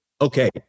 Okay